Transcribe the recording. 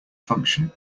function